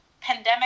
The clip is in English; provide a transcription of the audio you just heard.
pandemic